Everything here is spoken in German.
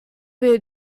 wir